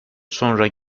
sonra